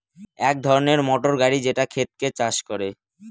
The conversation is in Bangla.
এক ধরনের মোটর গাড়ি যেটা ক্ষেতকে চাষ করে